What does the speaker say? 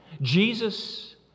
Jesus